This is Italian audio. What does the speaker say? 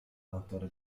autore